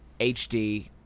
hd